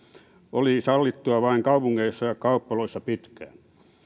pitkään sallittua vain kaupungeissa ja kauppaloissa